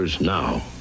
now